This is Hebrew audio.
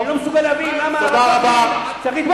אני לא מסוגל להבין למה, לתמוך בזה.